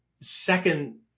second